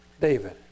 David